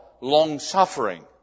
long-suffering